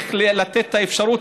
צריך לתת את האפשרות,